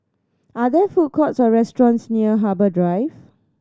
are there food courts or restaurants near Harbour Drive